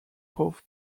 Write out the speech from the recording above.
both